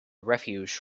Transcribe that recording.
refuge